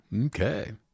Okay